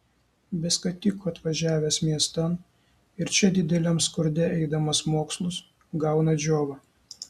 be skatiko atvažiavęs miestan ir čia dideliam skurde eidamas mokslus gauna džiovą